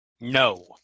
No